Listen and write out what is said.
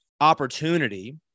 opportunity